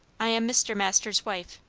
i am mr. masters' wife,